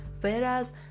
Whereas